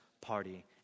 party